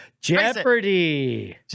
Jeopardy